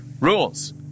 Rules